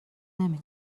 نمی